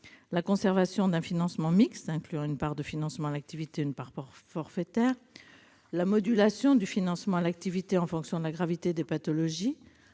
la conservation d'un financement mixte incluant une part de financement à l'activité et une part forfaitaire ; la modulation du montant du financement à l'activité en fonction de la gravité des pathologies,